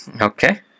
Okay